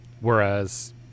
Whereas